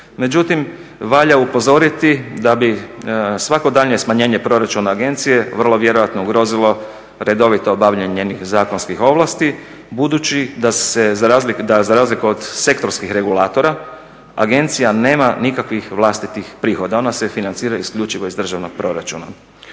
Međutim, valja upozoriti da bi svako daljnje smanjenje proračuna agencije vrlo vjerojatno ugrozilo redovito obavljanje njenih zakonskih ovlasti budući da se, da za razliku od sektorskih regulatora agencija nema nikakvih vlastitih prihoda. Ona se financira isključivo iz državnog proračuna.